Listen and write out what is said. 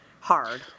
hard